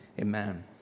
Amen